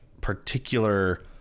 particular